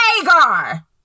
Hagar